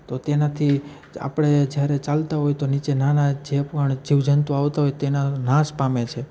તો તેનાથી આપણે જ્યારે ચાલતા હોઇ તો નીચે નાના જે પણ જીવજંતુ આવતાં હોય તેના નાશ પામે છે